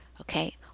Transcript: Okay